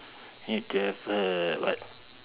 you need to have a what